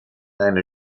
eine